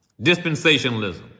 dispensationalism